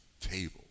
table